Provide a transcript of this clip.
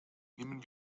nehmen